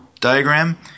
diagram